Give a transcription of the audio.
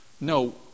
No